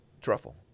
truffle